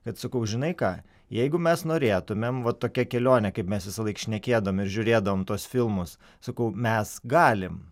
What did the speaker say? kad sakau žinai ką jeigu mes norėtumėm va tokia kelionė kaip mes visąlaik šnekėdavom ir žiūrėdavom tuos filmus sakau mes galim